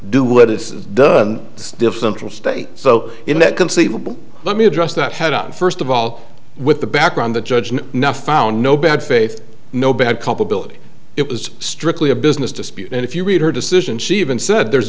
do what it's done stiff central state so in that conceivable let me address that head up first of all with the background the judge and nuff found no bad faith no bad culpability it was strictly a business dispute and if you read her decision she even said there's